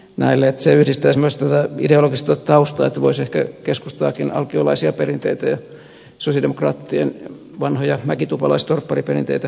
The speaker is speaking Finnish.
se yhdistäisi myös tätä ideologista taustaa voisi ehkä keskustaakin alkiolaisia perinteitä ja sosialidemokraattien vanhoja mäkitupalaistorppariperinteitä kunnioittaa